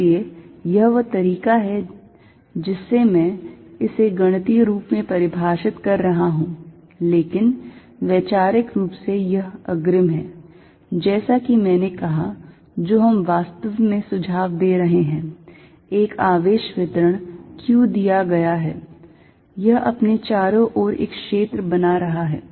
इसलिए यह वह तरीका है जिससे मैं इसे गणितीय रूप से परिभाषित कर रहा हूं लेकिन वैचारिक रूप से यह अग्रिम है जैसा कि मैंने कहा जो हम वास्तव में सुझाव दे रहे हैं एक आवेश वितरण q दिया गया है यह अपने चारों ओर एक क्षेत्र बना रहा है